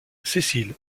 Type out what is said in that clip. cécile